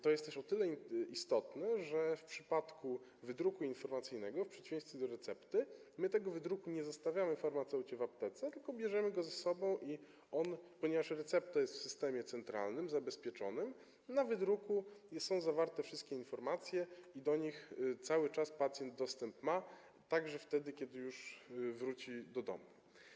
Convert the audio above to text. To jest też o tyle istotne, że w przypadku wydruku informacyjnego w przeciwieństwie do recepty my tego wydruku nie zostawiamy farmaceucie w aptece, tylko bierzemy go ze sobą, ponieważ recepta jest w systemie centralnym zabezpieczonym, a na wydruku są zawarte wszystkie informacje i do nich cały czas pacjent ma dostęp, także wtedy, kiedy już wróci do domu.